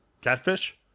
catfish